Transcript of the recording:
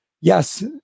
yes